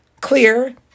clear